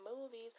movies